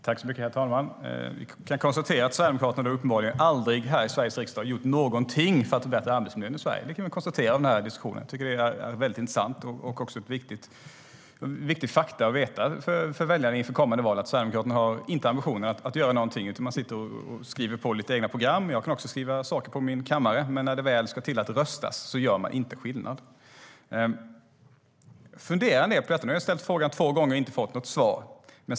Herr talman! Vi kan konstatera att Sverigedemokraterna uppenbarligen aldrig här i Sveriges riksdag gjort någonting för att förbättra arbetsmiljön i Sverige. Det kan vi konstatera av diskussionen. Det är väldigt intressant och också ett viktigt faktum att veta för väljarna inför kommande val. Sverigedemokraterna har inte ambitionen att göra någonting. De sitter och skriver på lite egna program. Jag kan också skriva saker på min kammare. Men när det väl ska till att röstas gör de inte skillnad. Fundera en del på detta. Jag har nu ställt frågan två gånger och inte fått något svar.